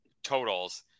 totals